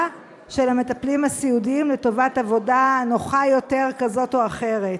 של המטפלים הסיעודיים לטובת עבודה נוחה יותר כזו או אחרת.